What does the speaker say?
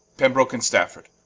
pembrooke and stafford,